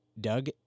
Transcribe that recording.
Doug